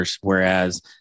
whereas